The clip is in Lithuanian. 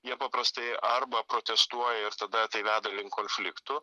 jie paprastai arba protestuoja ir tada tai veda link konfliktų